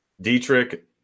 Dietrich